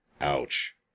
Ouch